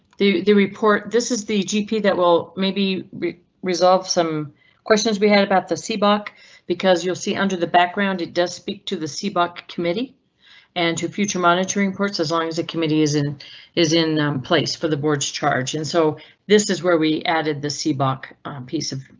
do they report this? is the gp that will maybe resolve some questions we had about the seebach because you'll see, under the background it does speak to the seebach committee and to future monitoring ports. as long as a committee is in is in place for the board charge, and so this is where we added the seebach piece of.